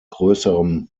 größerem